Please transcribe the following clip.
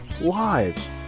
lives